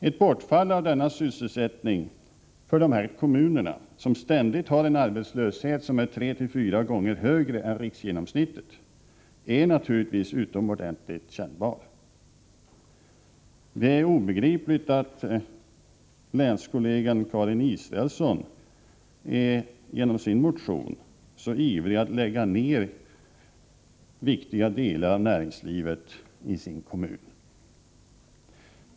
Ett bortfall av denna sysselsättning för dessa kommuner, som ständigt har en arbetslöshet som är tre-fyra gånger högre än riksgenomsnittet, är naturligtvis utomordentligt kännbart. Det är obegripligt att länskollegan Karin Israelsson i sin motion är så ivrig att lägga ned så viktiga delar av näringslivet i sin kommun.